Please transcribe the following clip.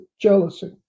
Jealousy